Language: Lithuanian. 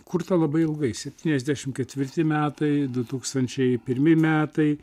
kurta labai ilgai septyniasdešimt ketvirti metai du tūkstančiai pirmi metai